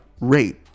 rate